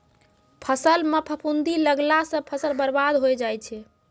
फसल म फफूंदी लगला सँ फसल बर्बाद होय जाय छै